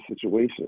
situation